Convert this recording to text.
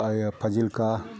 आइया फाजिलखा